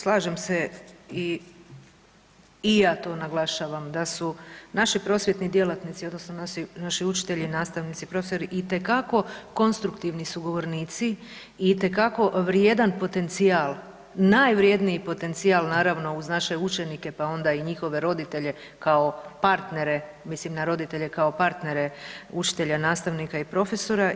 Slažem se i ja to naglašavam da su naši prosvjetni djelatnici, odnosno naši učitelji, nastavnici, profesori itekako konstruktivni sugovornici i itekako vrijedan potencijal, najvredniji potencijal naravno uz naše učenike pa onda i njihove roditelje kao partnere mislim na roditelje kao partnere učitelja, nastavnika i profesora.